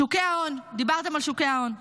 שוקי ההון, דיברתם על שוק ההון,